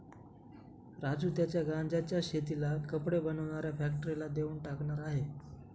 राजू त्याच्या गांज्याच्या शेतीला कपडे बनवणाऱ्या फॅक्टरीला देऊन टाकणार आहे